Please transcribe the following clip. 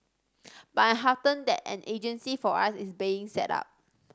but I am heartened that an agency for us is being set up